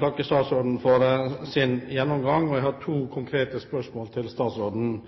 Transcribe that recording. takke statsråden for hans gjennomgang. Jeg har to konkrete spørsmål til statsråden.